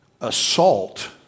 assault